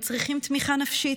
הם צריכים תמיכה נפשית,